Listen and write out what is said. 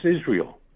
Israel